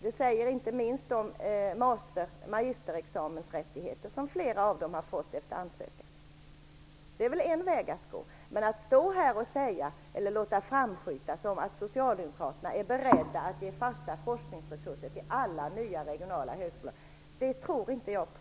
Det visar inte minst de magisterexamensrättigheter som flera av högskolorna har fått efter ansökan. Det är en väg att gå. Socialdemokraterna säger att de är beredda att ge fasta forskningsresurser till alla nya regionala högskolor. Det tror inte jag på.